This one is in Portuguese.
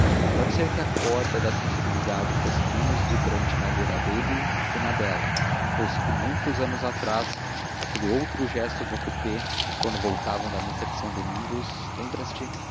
pode ser que a corda da sensibilidade fosse menos vibrante na lira dele que na dela posto que muitos anos atrás aquele outro gesto no coupé quando voltavam da missa de são domingos lembras-te